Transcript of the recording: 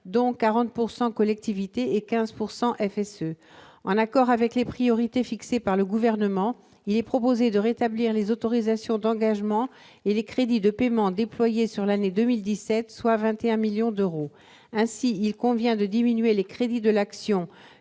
par les collectivités et de 15 % par le FSE. En accord avec les priorités fixées par le Gouvernement, il est proposé de rétablir les autorisations d'engagement et les crédits de paiement déployés sur l'année 2017, soit 21 millions d'euros. Il convient ainsi de diminuer les crédits de l'action